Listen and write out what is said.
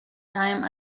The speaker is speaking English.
time